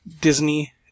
Disney